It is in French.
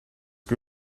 que